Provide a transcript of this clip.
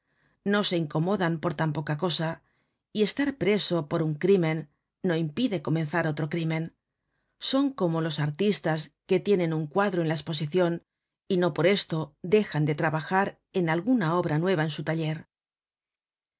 no se incomodan por tan poca cosa y estar preso por un crimen no impide comenzar otro crimen son como los artistas que tienen un cuadro en la esposicion y no por esto dejan de trabajar en alguna obra nueva en su taller